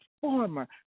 former